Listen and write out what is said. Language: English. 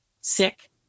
sick